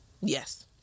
Yes